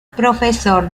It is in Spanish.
profesor